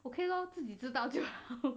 okay lor 可以自己知道就